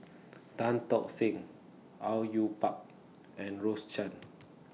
Tan Tock Seng Au Yue Pak and Rose Chan